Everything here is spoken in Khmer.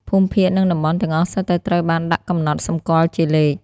ភូមិភាគនិងតំបន់ទាំងអស់សុទ្ធតែត្រូវបានដាក់កំណត់សម្គាល់ជាលេខ។